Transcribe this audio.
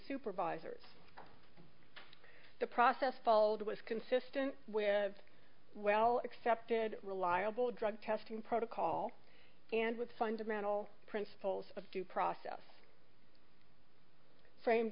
supervisors the process followed was consistent with well accepted reliable drug testing protocol and with fundamental principles of due process framed